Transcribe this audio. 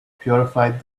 purified